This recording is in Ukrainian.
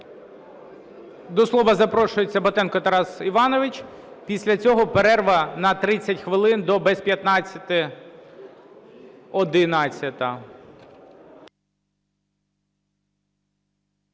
до слова запрошується Батенко Тарас Іванович. Після цього перерва на 30 хвилин, до без